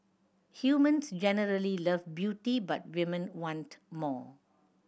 humans generally love beauty but women want more